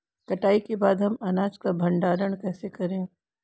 कटाई के बाद हम अनाज का भंडारण कैसे करें?